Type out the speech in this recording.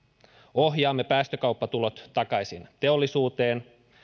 ohjaamme päästökauppatulot takaisin teollisuuteen